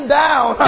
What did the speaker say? down